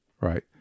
right